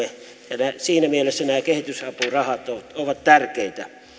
ja siinä mielessä nämä kehitysapurahat ovat tärkeitä